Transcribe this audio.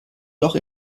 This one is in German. loch